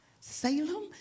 Salem